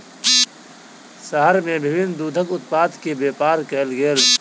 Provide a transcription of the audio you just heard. शहर में विभिन्न दूधक उत्पाद के व्यापार कयल गेल